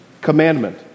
commandment